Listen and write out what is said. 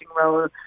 role